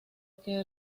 que